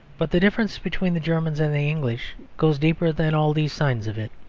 but the difference between the germans and the english goes deeper than all these signs of it